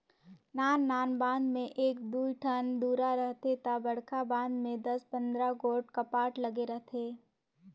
नान नान बांध में एक दुई ठन दुरा रहथे ता बड़खा बांध में दस पंदरा गोट कपाट लगे रथे